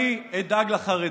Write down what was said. אני אדאג לחרדים,